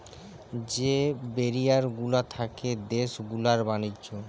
যে ব্যারিয়ার গুলা থাকে দেশ গুলার ব্যাণিজ্য